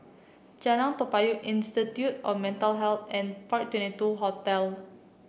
Jalan Toa Payoh Institute of Mental Health and Park Twenty two Hotel